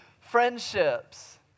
friendships